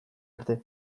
arte